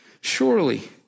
Surely